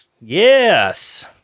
Yes